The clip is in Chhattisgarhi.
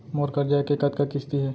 मोर करजा के कतका किस्ती हे?